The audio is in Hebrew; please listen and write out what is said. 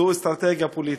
זו אסטרטגיה פוליטית.